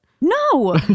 no